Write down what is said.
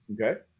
Okay